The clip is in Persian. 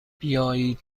بیایید